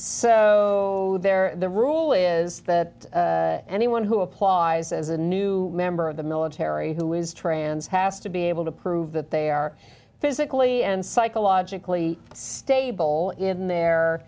so they're the rule is that anyone who applies as a new member of the military who is trans has to be able to prove that they are physically and psychologically stable in their